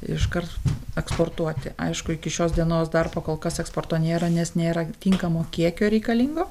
iš kart eksportuoti aišku iki šios dienos dar po kol kas eksporto nėra nes nėra tinkamo kiekio reikalingo